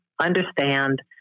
understand